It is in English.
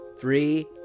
Three